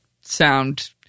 sound